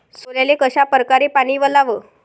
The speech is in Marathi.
सोल्याले कशा परकारे पानी वलाव?